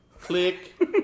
Click